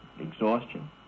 exhaustion